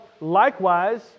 likewise